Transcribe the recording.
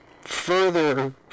further